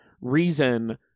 reason